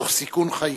תוך סיכון חיים.